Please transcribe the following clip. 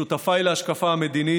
שותפיי להשקפה המדינית,